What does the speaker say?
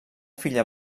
filla